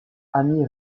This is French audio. amy